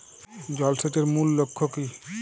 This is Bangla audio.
জল সেচের মূল লক্ষ্য কী?